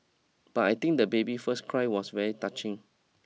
but I think the baby first cry was very touching